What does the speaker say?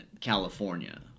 California